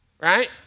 right